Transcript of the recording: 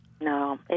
No